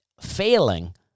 Failing